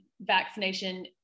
vaccination